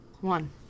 one